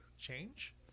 change